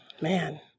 Man